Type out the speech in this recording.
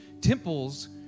Temples